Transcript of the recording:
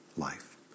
life